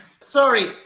Sorry